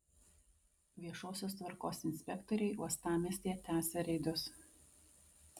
viešosios tvarkos inspektoriai uostamiestyje tęsia reidus